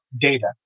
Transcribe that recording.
data